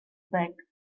back